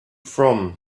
from